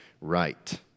right